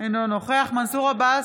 אינו נוכח מנסור עבאס,